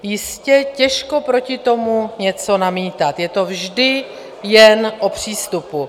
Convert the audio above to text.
Jistě, těžko proti tomu něco namítat, je to vždy jen o přístupu.